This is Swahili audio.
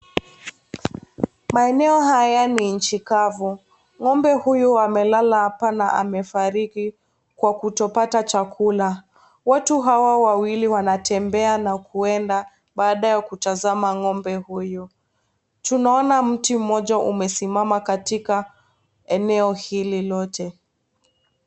Maeneo haya ni nchi kavu, ngombe huyu amelala hapa na amefariki Kwa kutopata chakula. Watu hawa wawili wanatembea na kuenda baada ya kumtazama huyu. Tunaona miti moja umesimama katika eneo hili lote.